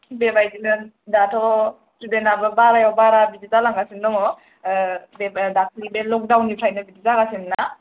बेबायदिनो दाथ' स्टुडेन्ड बारायाव बारा बिदि जालांगासिनो दङ ओ दाखोलि बे ल'कडाउन निफ्रायनो बिदि जागासिनो ना